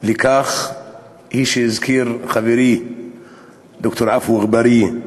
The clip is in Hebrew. לכך היא, כמו שהזכיר חברי ד"ר עפו אגבאריה,